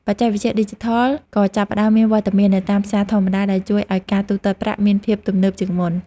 បច្ចេកវិទ្យាឌីជីថលក៏ចាប់ផ្ដើមមានវត្តមាននៅតាមផ្សារធម្មតាដែលជួយឱ្យការទូទាត់ប្រាក់មានភាពទំនើបជាងមុន។